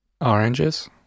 oranges